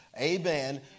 Amen